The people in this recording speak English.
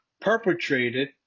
perpetrated